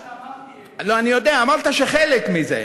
זה מה שאמרתי, לא, אני יודע, אמרת שחלק מזה.